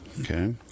Okay